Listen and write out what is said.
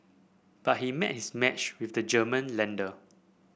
but he met his match with the German lender